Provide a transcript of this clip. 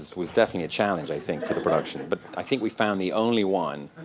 was definitely a challenge, i think, for the production. but i think we found the only one.